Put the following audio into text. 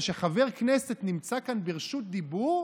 חקירה פרלמנטרית בנושא מחדל בדיקות הקורונה.